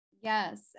Yes